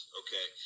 okay